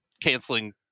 canceling